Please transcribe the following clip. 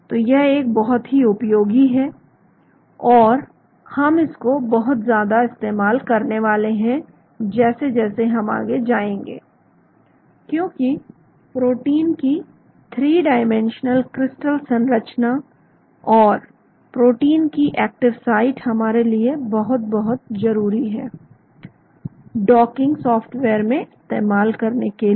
तो यह एक बहुत ही उपयोगी है और हम इसको बहुत ज्यादा इस्तेमाल करने वाले हैं जैसे जैसे हम आगे जाएंगे क्योंकि प्रोटीन की थ्री डाइमेंशनल क्रिस्टल संरचना और प्रोटीन की एक्टिव साइट हमारे लिए बहुत बहुत जरूरी है डाकिंग सॉफ्टवेयर में इस्तेमाल करने के लिए